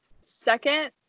second